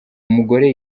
umugore